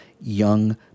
young